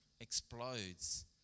explodes